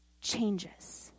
changes